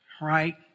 Right